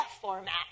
format